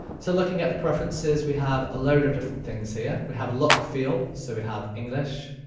so looking at the preferences we have a load of different things here. we have look feel so we have english,